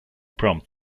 prompt